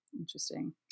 Interesting